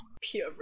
pure